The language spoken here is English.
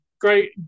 Great